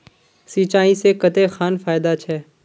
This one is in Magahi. सिंचाई से कते खान फायदा छै?